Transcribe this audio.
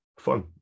fun